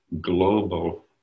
global